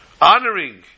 honoring